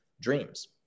dreams